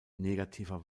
negativer